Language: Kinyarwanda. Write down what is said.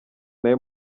nawe